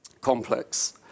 complex